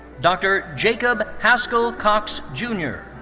dr. jacob hascal cox jr.